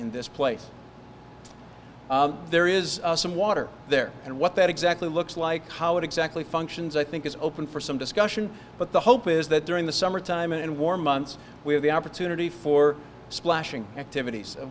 in this place there is some water there and what that exactly looks like how it exactly functions i think is open for some discussion but the hope is that during the summertime and warm months we have the opportunity for splashing activities